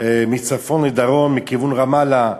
מצפון לדרום, מכיוון רמאללה,